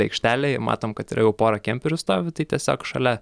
aikštelėj matom kad yra jau pora kemperių stovi tai tiesiog šalia